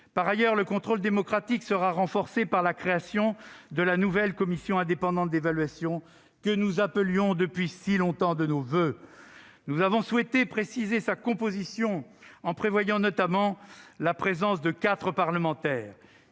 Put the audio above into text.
Par ailleurs, le contrôle démocratique sera renforcé par la création de la nouvelle commission indépendante d'évaluation, que nous appelions depuis longtemps de nos voeux. Nous avons souhaité préciser sa composition en prévoyant notamment la présence de quatre parlementaires.